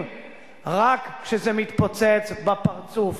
על מבנה חברתי מעוות,